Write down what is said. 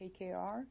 KKR